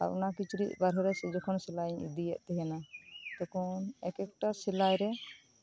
ᱟᱨ ᱚᱱᱟ ᱠᱤᱪᱨᱤᱡ ᱡᱮᱠᱷᱚᱱ ᱵᱟᱨᱦᱮ ᱨᱮ ᱥᱮᱞᱟᱭ ᱤᱧ ᱤᱫᱤᱭᱮᱫ ᱛᱟᱦᱮᱸᱫᱼᱟ ᱛᱚᱠᱷᱚᱱ ᱮᱠ ᱮᱠᱴᱟ ᱥᱮᱞᱟᱭ ᱨᱮ